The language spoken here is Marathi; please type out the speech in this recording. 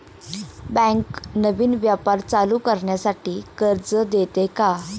बँक नवीन व्यापार चालू करण्यासाठी कर्ज देते का?